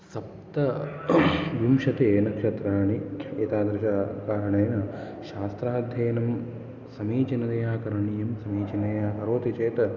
सप्तविंशति नक्षत्राणि एतादृशकारणेन शास्त्राध्ययनं समीचीनतया करणीयं समीचिनतया करोति चेत्